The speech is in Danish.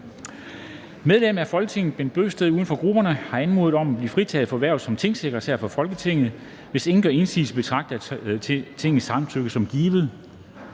Medlem af Folketinget Bent Bøgsted (UFG) har anmodet om at blive fritaget for hvervet som tingsekretær for Folketinget. Hvis ingen gør indsigelse, betragter jeg Tingets samtykke som givet.